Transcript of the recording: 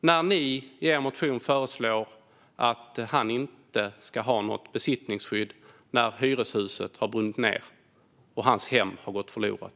när ni i er motion föreslår att han inte ska ha något besittningsskydd när hyreshuset har brunnit ned och hans hem har gått förlorat?